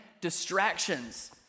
distractions